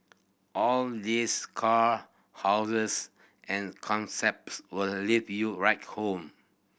all this car houses and concepts will leave you right home